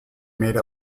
made